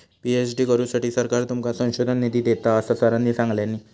PhD करुसाठी सरकार तुमका संशोधन निधी देता, असा सरांनी सांगल्यानी